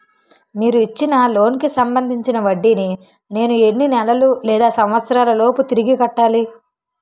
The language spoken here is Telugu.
మీరు ఇచ్చిన లోన్ కి సంబందించిన వడ్డీని నేను ఎన్ని నెలలు లేదా సంవత్సరాలలోపు తిరిగి కట్టాలి?